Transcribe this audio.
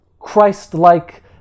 Christ-like